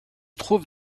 trouve